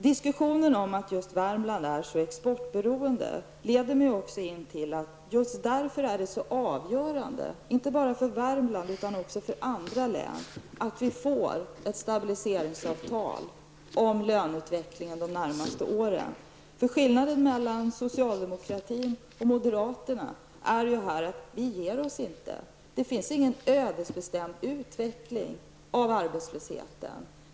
Diskussionen om att just Värmland är så exportberoende leder mig också fram till att det just därför är så avgörande, inte bara för Värmlands län utan även för andra län, att vi får ett stabiliseringsavtal för löneutvecklingen under de närmaste åren. Skillnaden mellan socialdemokraterna och moderaterna i detta sammanhang är att vi socialdemokrater inte ger oss. Det finns ingen ödesbestämd utveckling av arbetslösheten.